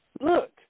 Look